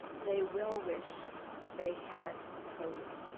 they will wish they had heard.